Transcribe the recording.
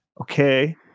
Okay